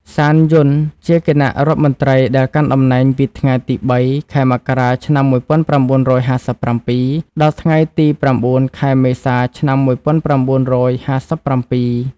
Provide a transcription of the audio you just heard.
សាន យុន ជាគណៈរដ្ឋមន្ត្រីដែលកាន់តំណែងពីថ្ងៃទី ៣ ខែមករា ឆ្នាំ១៩៥៧ ដល់ថ្ងៃទី ៩ ខែមេសា ឆ្នាំ១៩៥៧។